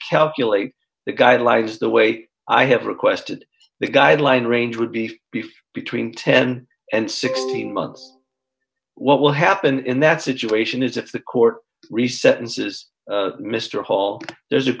calculate the guy lives the way i have requested the guideline range would be beef between ten and sixteen months what will happen in that situation is if the court reset and says mr hall there's a